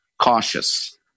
cautious